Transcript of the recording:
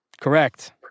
Correct